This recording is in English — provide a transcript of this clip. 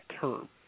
term